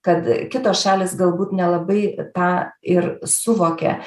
kad kitos šalys galbūt nelabai tą ir suvokia